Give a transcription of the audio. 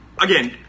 Again